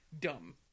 Dumb